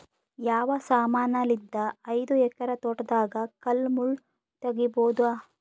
ಯಾವ ಸಮಾನಲಿದ್ದ ಐದು ಎಕರ ತೋಟದಾಗ ಕಲ್ ಮುಳ್ ತಗಿಬೊದ?